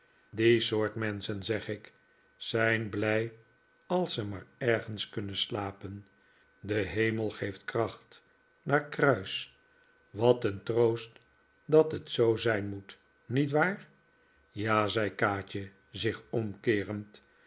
die soort menschen zeg ik zijn blij als ze maar ergens kunnen slapen de hemel geeft kracht naar kruis wat een troost dat het zoo zijn moet niet waar ja zei kaatje zich omkeerend